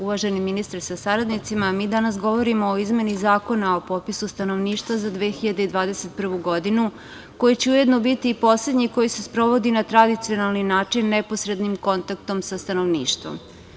Uvaženi ministre sa saradnicima, mi danas govorimo o izmeni Zakona o popisu stanovništva za 2021. godinu, koji će ujedno biti i poslednji koji se sprovodi na tradicionalan način, neposrednim kontaktom sa stanovništvom.